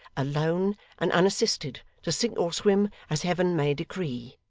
alone and unassisted, to sink or swim as heaven may decree